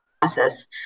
process